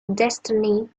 destiny